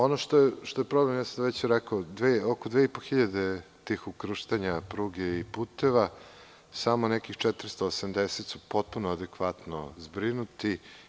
Ono što je problem, već sam rekao, jeste da su od 2.500 tih ukrštanja pruge i puteva samo nekih 480 potpuno adekvatno zbrinuti.